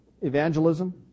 evangelism